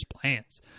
plans